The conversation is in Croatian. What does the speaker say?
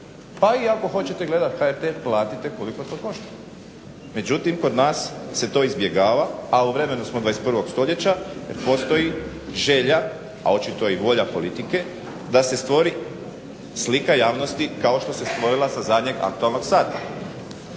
pa i ako hoćete gledat HRT platite koliko to košta. Međutim kod nas se to izbjegava, a u vremenu smo 21. stoljeća jer postoji želja, a očito i volja politike da se stvori slika javnosti kao što se stvorila sa zadnjeg aktualnog sata.